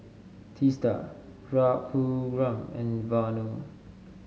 Teesta Raghuram and Vanu